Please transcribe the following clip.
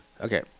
Okay